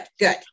Good